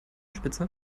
anspitzer